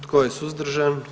Tko je suzdržan?